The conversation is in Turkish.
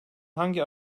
hangi